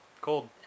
cold